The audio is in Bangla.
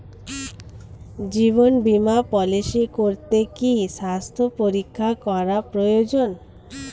জীবন বীমা পলিসি করতে কি স্বাস্থ্য পরীক্ষা করা প্রয়োজন?